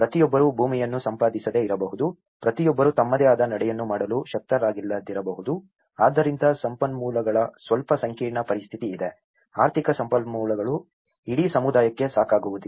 ಪ್ರತಿಯೊಬ್ಬರೂ ಭೂಮಿಯನ್ನು ಸಂಪಾದಿಸದೆ ಇರಬಹುದು ಪ್ರತಿಯೊಬ್ಬರೂ ತಮ್ಮದೇ ಆದ ನಡೆಯನ್ನು ಮಾಡಲು ಶಕ್ತರಾಗಿಲ್ಲದಿರಬಹುದು ಆದ್ದರಿಂದ ಸಂಪನ್ಮೂಲಗಳ ಸ್ವಲ್ಪ ಸಂಕೀರ್ಣ ಪರಿಸ್ಥಿತಿ ಇದೆ ಆರ್ಥಿಕ ಸಂಪನ್ಮೂಲಗಳು ಇಡೀ ಸಮುದಾಯಕ್ಕೆ ಸಾಕಾಗುವುದಿಲ್ಲ